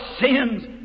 sins